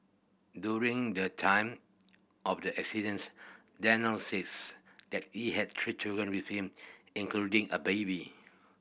during the time of the incident Daniel says that he had three children with him including a baby